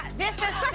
this is